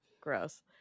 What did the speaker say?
gross